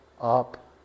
up